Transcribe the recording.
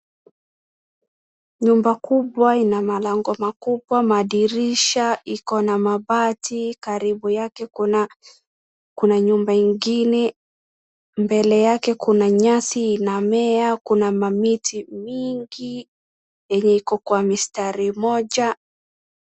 Nyumba kubwa ina malango makubwa, madirisha, iko na mabati karibu yake kuna kuna nyumba ingine. Mbele yake kuna nyasi inamea, kuna mamiti mingi yenye iko kwa mistari moja.